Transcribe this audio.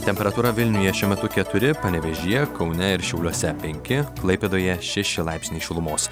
temperatūra vilniuje šiuo metu keturi panevėžyje kaune ir šiauliuose penki klaipėdoje šeši laipsniai šilumos